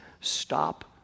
Stop